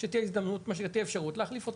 כשתהיה אפשרות להחליף אותם,